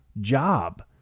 job